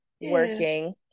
working